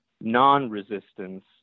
non-resistance